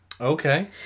Okay